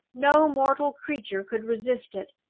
no mortal creature could resist it!